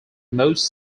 most